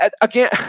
again